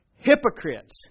Hypocrites